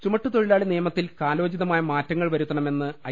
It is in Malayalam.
ചുമട്ടുതൊഴിലാളി നിയമത്തിൽ കാലോചിതമായ മാറ്റങ്ങൾ വരുത്തണമെന്ന് ഐ